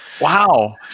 wow